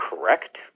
correct